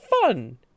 fun